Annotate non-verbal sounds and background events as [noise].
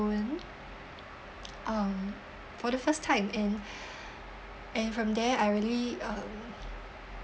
own um for the first time and [breath] and from there I really uh